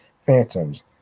Phantoms